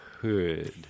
hood